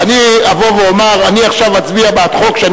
ואני אבוא ואומר: אני עכשיו אצביע בעד חוק שאני